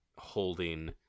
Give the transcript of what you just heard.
holding